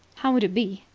how would it be,